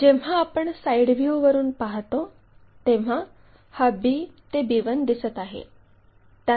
जेव्हा आपण साइड व्ह्यूवरून पाहतो तेव्हा हा b ते b1 दिसत आहे